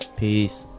peace